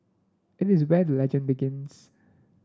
it is where the legend begins